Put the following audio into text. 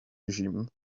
regime